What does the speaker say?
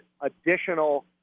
additional